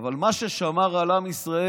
אבל מה ששמר על עם ישראל,